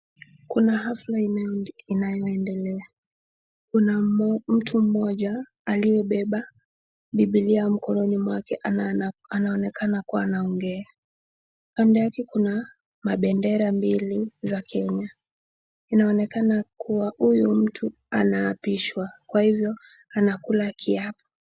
Kuna hafla inayoendelea, kuna mtu mmoja aliyebeba biblia mkononi mwake anaonekana kuwa anaongea. Kando yake kuna mabendera mbili za Kenya, inaonekana kuwa huyu mtu anaapishwa kwa hivyo, anakula kiapo.